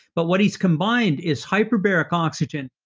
but what he's combined is, hyperbaric oxygen,